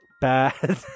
bad